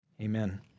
Amen